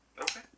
Okay